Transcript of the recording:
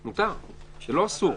מותר, זה לא אסור.